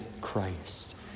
Christ